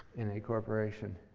in a corporation.